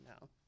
No